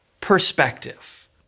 perspective